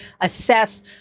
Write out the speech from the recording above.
assess